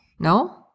No